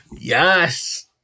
Yes